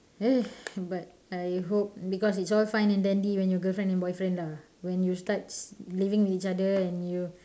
but I hope because it's all fine and dandy when you're girlfriend and boyfriend lah when you start living with each other and you